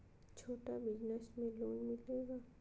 छोटा बिजनस में लोन मिलेगा?